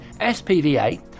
SPVA